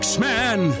X-Man